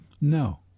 No